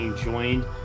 Joined